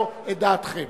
לא את דעתכם.